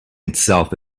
itself